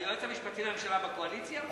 היועץ המשפטי לממשלה בקואליציה?